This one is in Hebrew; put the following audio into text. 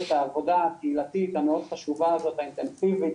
את העבודה הקהילתית המאוד חשובה ואינטנסיבית